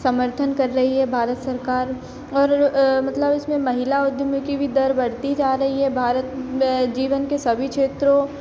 समर्थन कर रही है भारत सरकार और मतलब इसमें महिला उद्यमी की भी दर बढ़ती जा रही है भारत में जीवन के सभी क्षेत्रों